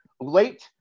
late